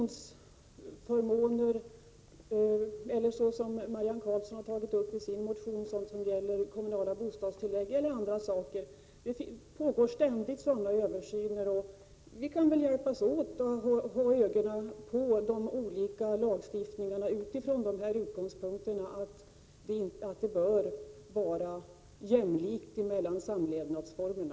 Det gäller t.ex. pensionsförmåner och de kommunala bostadstilläggen, som Marianne Karlsson tar upp i sin motion. Det pågår ständigt sådana översyner. Vi kan väl hjälpas åt och hålla ögonen på de olika lagarna med den utgångspunkten att de olika samlevnadsformerna i detta avseende bör vara likvärdiga.